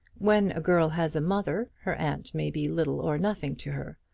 when a girl has a mother, her aunt may be little or nothing to her.